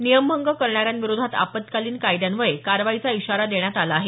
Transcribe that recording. नियमभंग करणाऱ्यांविरोधात आपत्त्कालीन कायद्यान्वये कारवाईचा इशारा देण्यात आला आहे